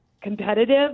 competitive